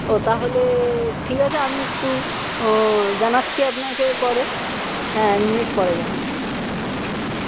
ও তাহলে ঠিক আছে আমি একটু জানাচ্ছি আপনাকে পরে হ্যাঁ এক মিনিট পরে জানাচ্ছি